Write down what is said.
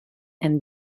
and